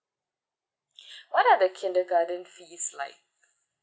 what are the kindergarten fees like